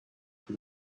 the